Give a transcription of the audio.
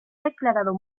declarado